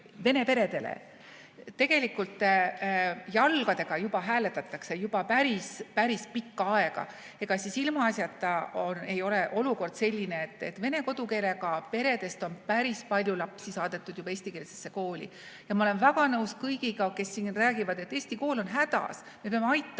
vene peredele, tegelikult jalgadega juba hääletatakse, juba päris-päris pikka aega. Ega siis ilmaasjata ei ole olukord selline, et vene kodukeelega peredest on päris palju lapsi saadetud eestikeelsesse kooli. Ma olen väga nõus kõigiga, kes siin räägivad, et Eesti kool on hädas, me peame aitama